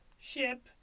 Ship